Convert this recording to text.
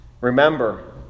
Remember